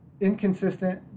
inconsistent